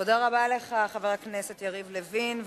תודה רבה לך, חבר הכנסת יריב לוין.